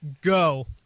go